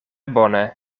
bone